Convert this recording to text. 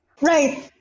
Right